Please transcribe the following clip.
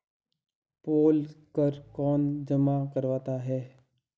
पोल कर कौन जमा करवाता है?